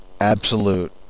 absolute